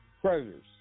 creditors